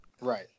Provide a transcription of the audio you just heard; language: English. Right